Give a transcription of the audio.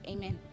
Amen